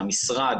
המשרד,